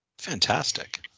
Fantastic